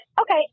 Okay